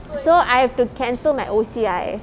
so I have to cancel my O_C_I